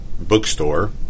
bookstore